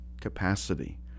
capacity